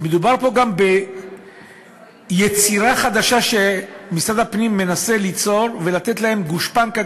שמדובר פה גם ביצירה חדשה שמשרד הפנים מנסה ליצור ולתת גושפנקה,